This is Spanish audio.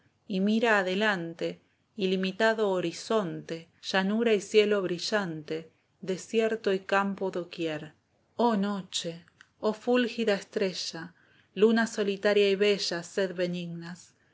y mira delante ilimitado horizonte llanura y cielo brillante desierto y campo doquier oh noche oh fúlgida estrella luna solitaria y bella sed benignas